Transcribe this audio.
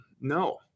No